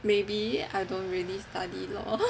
maybe I don't really study law